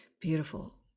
Beautiful